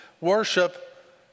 worship